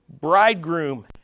bridegroom